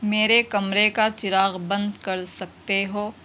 میرے کمرے کا چراغ بند کر سکتے ہو